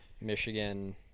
Michigan